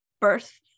Birth